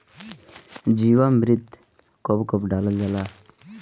जीवामृत कब कब डालल जाला?